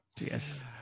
Yes